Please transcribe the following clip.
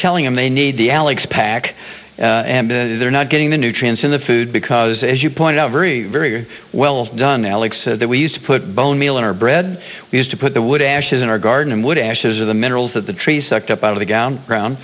telling them they need the alex pack and they're not getting the nutrients in the food because as you point out very very well done alex that we used to put bone meal in our bread we used to put the wood ashes in our garden and wood ashes are the minerals that the tree sucked up out of the ground